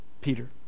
Peter